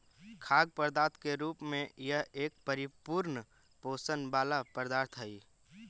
खाद्य पदार्थ के रूप में यह एक परिपूर्ण पोषण वाला पदार्थ हई